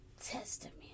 testament